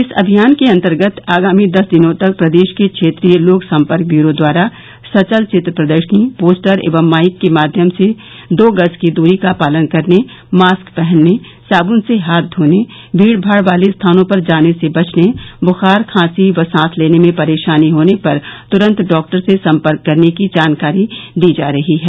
इस अभियान के अन्तर्गत आगामी दस दिनों तक प्रदेश के क्षेत्रीय लोक सम्पर्क व्यूरो द्वारा सचल चित्र प्रदर्शनी पोस्टर एवं माइक के माध्यम से दो गज की दूरी का पालन करने मास्क पहनने साबुन से हाथ धोने भीड़ भाड़ वाले स्थानों पर जाने से बचने बुखार खांसी व सांस लेने में परेशानी होने पर तुरन्त डॉक्टर से सम्पर्क करने की जानकरी दी जा रही है